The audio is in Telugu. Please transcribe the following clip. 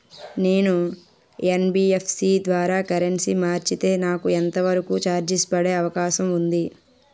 నేను యన్.బి.ఎఫ్.సి ద్వారా కరెన్సీ మార్చితే నాకు ఎంత వరకు చార్జెస్ పడే అవకాశం ఉంది?